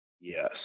yes